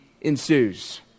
ensues